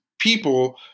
people